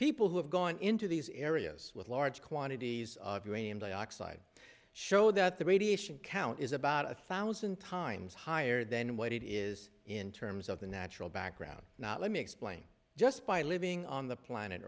people have gone into these areas with large quantities of uranium dioxide show that the radiation count is about a thousand times higher than what it is in terms of the natural background not let me explain just by living on the planet